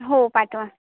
हो पाठवा